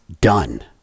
done